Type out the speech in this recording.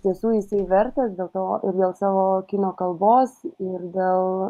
iš tiesų jisai vertas dėl to ir dėl savo kino kalbos ir dėl